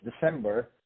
December